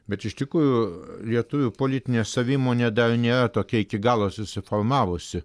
bet iš tikrųjų lietuvių politinė savimonė dar nėra tokia iki galo susiformavusi